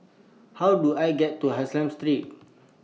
How Do I get to Street